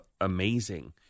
amazing